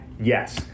Yes